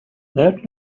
that